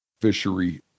fishery